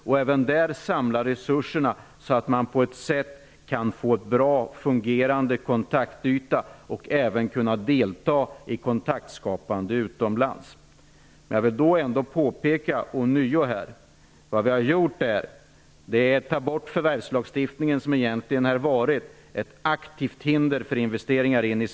Även där bör man samla resurserna så att man kan få en bra fungerande kontaktyta och kunna delta i kontaktskapande utomlands. Jag vill ånyo påpeka att vi här har tagit bort den förvärvslagstiftning som egentligen har varit ett aktivt hinder för investeringar i Sverige.